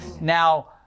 Now